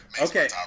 Okay